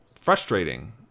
frustrating